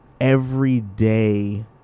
everyday